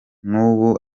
n’ubu